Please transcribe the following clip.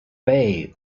bey